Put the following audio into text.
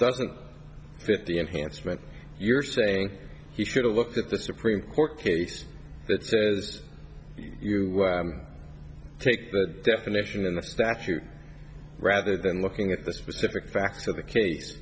doesn't fit the enhancement you're saying he should've looked at the supreme court case that says you take the definition in the statute rather than looking at the specific facts of the case